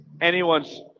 anyone's